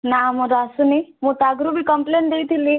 ନା ମୋର ଆସୁନି ମୁଁ ତ ଆଗରୁ ବି କମ୍ପ୍ଲେନ୍ ଦେଇଥିଲି